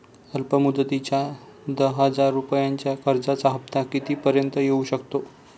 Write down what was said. अल्प मुदतीच्या दहा हजार रुपयांच्या कर्जाचा हफ्ता किती पर्यंत येवू शकतो?